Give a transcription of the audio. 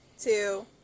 two